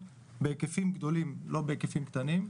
בהיקפים גדולים ולא בהיקפים קטנים.